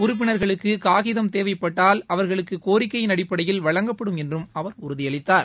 உறுப்பினர்களுக்கு காகிதம் தேவைப்பட்டால் அவர்களுக்கு கோரிக்கையின் அடிப்படையில் வழங்கப்படும் என்றும் அவர் உறுதியளித்தார்